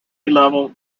level